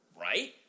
Right